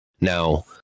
Now